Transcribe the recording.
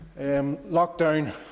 Lockdown